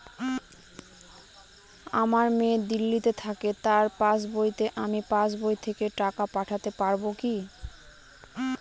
আমার মেয়ে দিল্লীতে থাকে তার পাসবইতে আমি পাসবই থেকে টাকা পাঠাতে পারব কি?